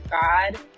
god